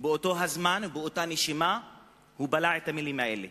ובאותו הזמן ובאותה נשימה הוא בלע את המלים האלה